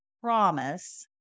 promise